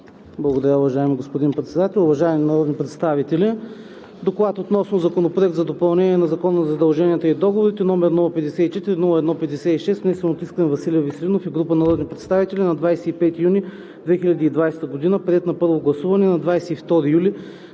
Благодаря, уважаеми господин Председател. Уважаеми народни представители! „Доклад относно Законопроект за допълнение на Закона за задълженията и договорите, № 054-01-56, внесен от Искрен Василев Веселинов и група народни представители на 25 юни 2020 г., приет на първо гласуване на 22 юли